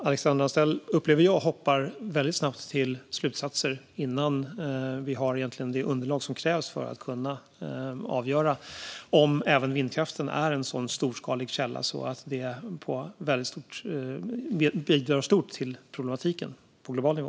Alexandra Anstrell hoppar väldigt snabbt till slutsatser innan vi har det underlag som krävs för att kunna avgöra om även vindkraften är en källa som bidrar stort till denna problematik på global nivå.